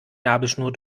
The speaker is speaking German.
nabelschnur